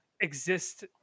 exist